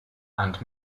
and